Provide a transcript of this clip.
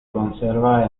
conserva